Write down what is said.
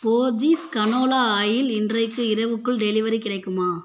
Borges canola oil இன்றைக்கு இரவுக்குள் delivery கிடைக்குமா